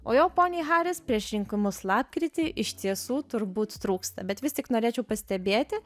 o jo poniai haris prieš rinkimus lapkritį iš tiesų turbūt trūksta bet vis tik norėčiau pastebėti